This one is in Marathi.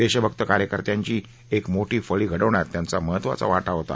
देशभक्त कार्यकर्त्यांची एक मोठी फळी घडवण्यात त्यांचा महत्वाचा वाता होता